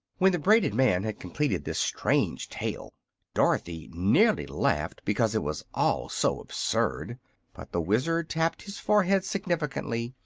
when the braided man had completed this strange tale dorothy nearly laughed, because it was all so absurd but the wizard tapped his forehead significantly,